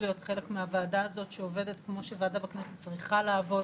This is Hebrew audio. להיות חלק מהוועדה הזאת שעובדת כמו שוועדה בכנסת צריכה לעבוד